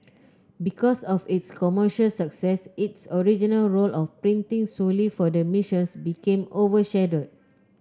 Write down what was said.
because of its commercial success its original role of printing solely for the missions became overshadow